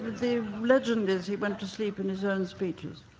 the legend is he went to sleep in his own speeches.